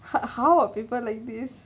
but how are people like this